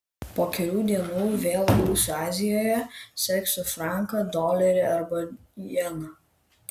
po kelių dienų vėl būsiu azijoje seksiu franką dolerį arba jeną